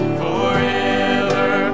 forever